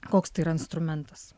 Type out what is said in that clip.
koks tai yra instrumentas